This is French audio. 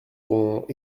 dont